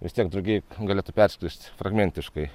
vis tiek drugiai galėtų perskrist fragmentiškai